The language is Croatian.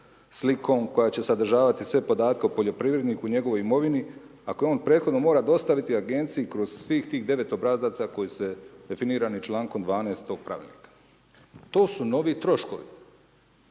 slikom koja će sadržavati sve podatke o poljoprivredniku i njegovoj imovini a koje on prethodno mora dostaviti agenciji kroz svih tih 9 obrazaca koji su definirani člankom 12. tog pravilnika. To su novi troškovi.